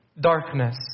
darkness